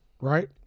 right